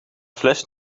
fles